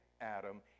Adam